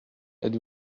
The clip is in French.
êtes